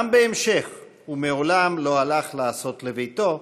גם בהמשך, הוא מעולם לא "הלך לעשות לביתו"